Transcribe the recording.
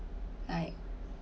like